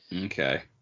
Okay